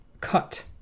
cut